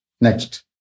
Next